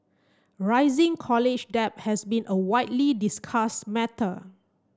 rising college debt has been a widely discussed matter